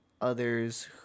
others